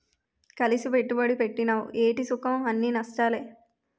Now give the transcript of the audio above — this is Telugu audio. కలిసి పెట్టుబడి పెట్టినవ్ ఏటి సుఖంఅన్నీ నష్టాలే